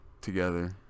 together